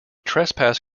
trespass